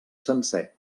sencer